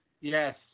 Yes